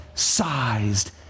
Sized